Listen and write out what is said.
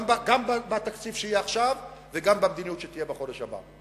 גם בתקציב שיהיה עכשיו וגם במדיניות שתהיה בחודש הבא.